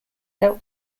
that